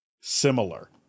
similar